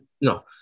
No